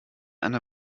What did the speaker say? eine